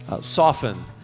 soften